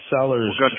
sellers